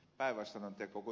päivässä ja koko